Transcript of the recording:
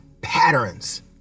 patterns